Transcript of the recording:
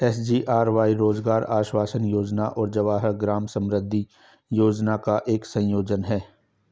SGRY रोजगार आश्वासन योजना और जवाहर ग्राम समृद्धि योजना का एक संयोजन है